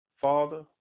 Father